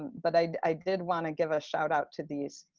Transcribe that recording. but i did want to give a shout out to these.